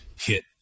hit